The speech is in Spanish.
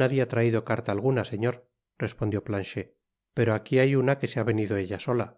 nadie ha traido carta alguna señor respondió planchet pero aqui hay una que se ha venido ella sola